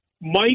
Mike